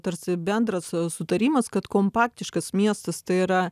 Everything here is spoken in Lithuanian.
tarsi bendras sutarimas kad kompaktiškas miestas tai yra